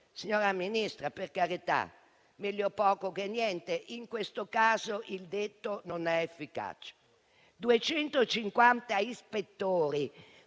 Signora Ministra, per carità, meglio poco che niente, ma in questo caso il detto non è efficace. Sono